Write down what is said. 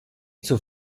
zur